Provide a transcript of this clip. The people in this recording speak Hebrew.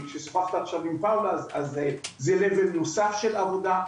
כששוחחת עכשיו עם פאולה זה רצף נוסף של עבודה.